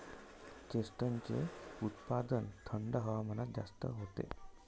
चेस्टनटचे उत्पादन थंड हवामानात जास्त होते